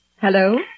Hello